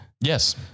Yes